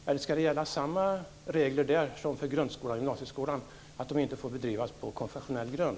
Eller ska det gälla samma regler där som för grundskolan och gymnasieskolan, att de inte får bedrivas på konfessionell grund?